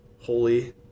holy